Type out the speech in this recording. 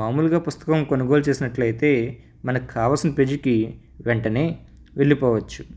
మాములుగా పుస్తకం కొనుగోలు చేసినట్లయితే మనకు కావల్సిన పేజీకి వెంటనే వెళ్ళిపోవచ్చు